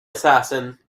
assassin